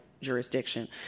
jurisdiction